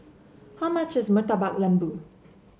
how much is Murtabak Lembu